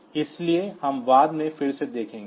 इसलिए हम बाद में फिर से देखेंगे